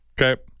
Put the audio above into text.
Okay